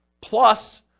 plus